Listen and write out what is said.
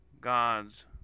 God's